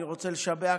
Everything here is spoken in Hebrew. אני רוצה לשבח